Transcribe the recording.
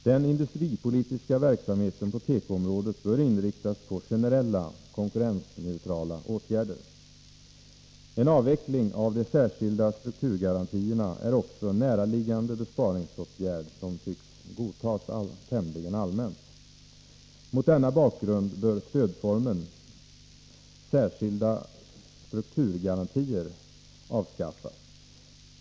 Den industripolitiska verksamheten på tekoområdet bör inriktas på generella, konkurrensneutrala åtgärder. En avveckling av de särskilda strukturgarantierna är också en näraliggande besparingsåtgärd som tycks godtas tämligen allmänt. Mot denna bakgrund bör stödformen särskilda strukturgarantier avskaffas.